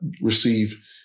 receive